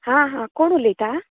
हां हा कोण उलयता